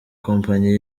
kompanyi